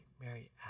Mary